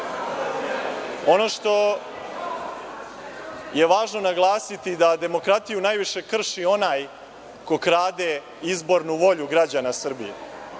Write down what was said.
SNS.Ono što je važno naglasiti je da demokratiju najviše krši onaj ko krade izbornu volju građana Srbije,